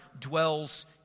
dwells